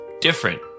different